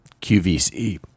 QVC